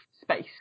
space